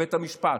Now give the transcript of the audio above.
בבית המשפט.